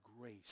grace